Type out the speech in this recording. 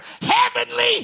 heavenly